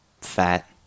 fat